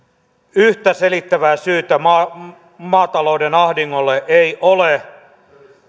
yhtä selittävää syytä maatalouden ahdingolle ei ole